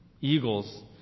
Eagles